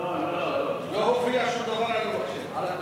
לא מופיע שום דבר, מה קרה?